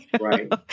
Right